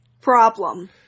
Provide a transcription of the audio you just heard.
problem